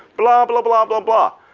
blah, blah, blah, blah, blah.